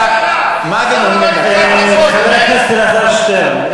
חבר הכנסת אלעזר שטרן,